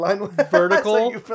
vertical